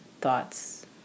thoughts